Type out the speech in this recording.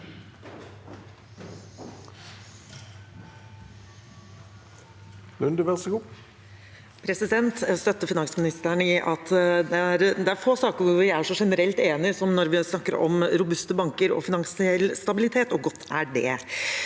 Jeg støtter fi- nansministeren i at det er få saker hvor vi er så generelt enige som når vi snakker om robuste banker og finansiell stabilitet, og godt er det.